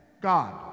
God